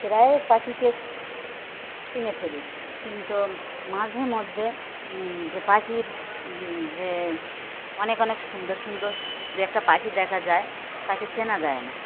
প্রায় পাখিকে চিনে ফেলি কিন্তু মাঝেমধ্যে যে পাখির যে অনেক অনেক সুন্দর সুন্দর দু একটা পাখি দেখা যায় তাকে চেনা যায় না